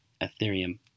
Ethereum